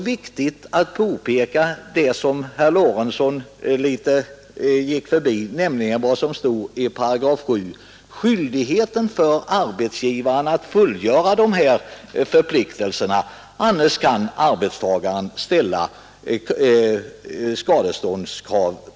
Jag vill påpeka vad herr Lorentzon gick förbi, nämligen vad som står i 7 § om att arbetsgivaren är skyldig att fullgöra dessa förpliktelser; annars kan arbetstagaren ställa skadeståndskrav.